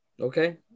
Okay